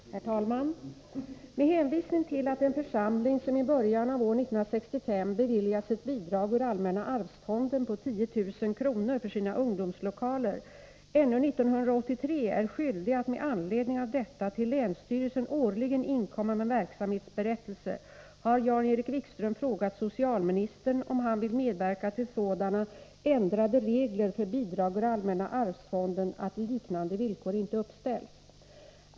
Herr talman! Med hänvisning till att en församling, som i början av år 1965 beviljats ett bidrag ur allmänna arvsfonden på 10 000 kr. för sina ungdomslokaler, ännu 1983 är skyldig att med anledning av detta till länsstyrelsen årligen inkomma med verksamhetsberättelser har Jan-Erik Wikström frågat socialministern om han vill medverka till sådana ändrade regler för bidrag ur allmänna arvsfonden att liknande villkor inte uppställs.